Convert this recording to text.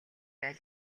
аль